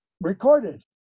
recorded